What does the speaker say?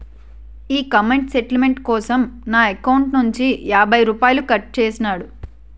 ఈ comment statement కోసం నా ఎకౌంటు నుంచి యాభై రూపాయలు కట్టు చేసేసాడు